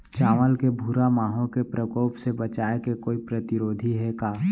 चांवल के भूरा माहो के प्रकोप से बचाये के कोई प्रतिरोधी हे का?